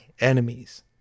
enemies